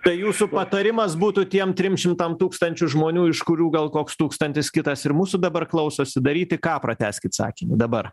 tai jūsų patarimas būtų tiem trim šimtam tūkstančių žmonių iš kurių gal koks tūkstantis kitas ir mūsų dabar klausosi daryti ką pratęskit sakinį dabar